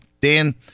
Dan